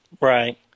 Right